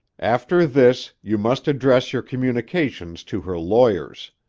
after this, you must address your communications to her lawyers.